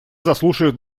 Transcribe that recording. заслушает